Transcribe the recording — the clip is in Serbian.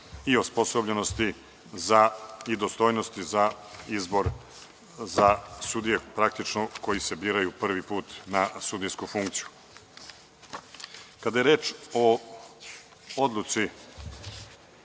osposobljenosti i dostojnosti za izbor za sudije koje se biraju prvi put na sudijsku funkciju. Kada je reč o odluci